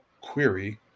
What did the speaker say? query